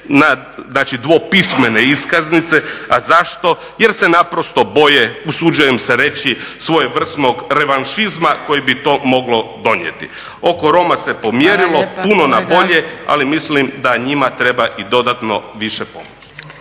na dvopismene iskaznice, a zašto jer se naprosto boje usuđujem se reći svojevrsnog revanšizma koji bi to moglo donijeti. Oko Roma se pomjerilo puno na bolje, ali mislim da njima treba i dodatno više pomoći.